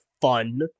fun